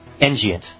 Engiant